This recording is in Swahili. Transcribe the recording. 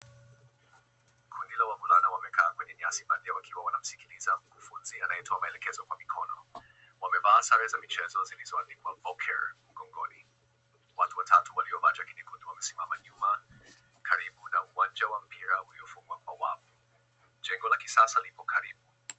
Kundi la wavulana wamekaa kwenye nyasi baadhi yao wakiwa wanamsikiliza mkufunzi anayetoa maelekezo kwa mikono. Wamevaa sare za michezo zilizoandikwa Voker mgongoni. Watu watatu waliovaa jaketi nyekundu wamesimama nyuma karibu na uwanja wa mpira uliofungwa kwa wavu. Jengo la kisasa lipo karibu.